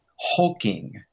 hulking